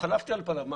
חלפתי על פניו מה,